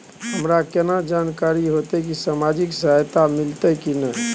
हमरा केना जानकारी होते की सामाजिक सहायता मिलते की नय?